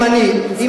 אם אני פגעתי,